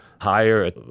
hire